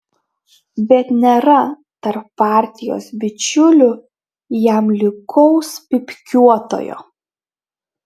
bet nėra tarp partijos bičiulių jam lygaus pypkiuotojo